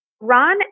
Ron